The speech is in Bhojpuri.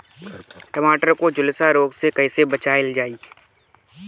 टमाटर को जुलसा रोग से कैसे बचाइल जाइ?